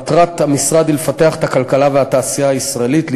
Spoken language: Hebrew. מטרת המשרד היא לפתח את הכלכלה ואת התעשייה הישראלית,